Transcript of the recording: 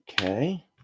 Okay